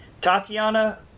Tatiana